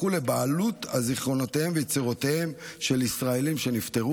לבעלות על זיכרונותיהם ויצירותיהם של ישראלים שנפטרו.